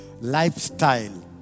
lifestyle